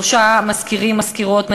שלושה מזכירים/מזכירות,